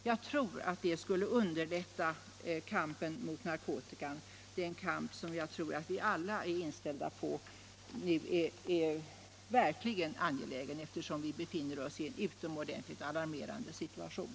Jag tror att det skulle underlätta kampen mot narkotikan — den kamp som jag tror att vi alla anser vara verkligt angelägen, eftersom vi befinner oss i en utomordentligt alarmerande situation.